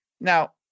Now